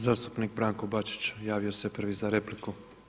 Zastupnik Branko Bačić, javio se prvi za repliku.